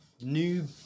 new